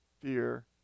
fear